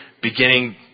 beginning